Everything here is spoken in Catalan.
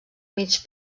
mig